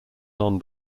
non